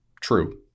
true